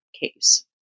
case